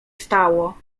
stało